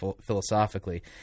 philosophically